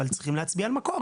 אבל צריכים להצביע על מקור,